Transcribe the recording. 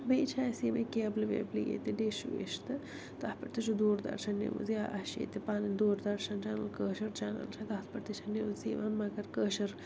بیٚیہِ چھِ اَسہِ یِمَے کٮ۪بلہِ ویبلہِ ییٚتہِ ڈِش وِش تہٕ تتھ پٮ۪ٹھ تہِ چھُ دوٗر درشن نِوٕز یا اَسہِ چھِ ییٚتہِ پنٕنۍ دوٗر درشن چنل کٲشٕر چنل چھِ تتھ پٮ۪ٹھ تہِ چھےٚ نِوزِ مگر کٲشٕر